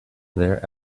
their